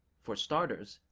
for starters,